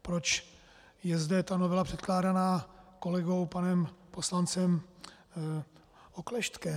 Proč je zde ta novela předkládaná kolegou panem poslancem Oklešťkem.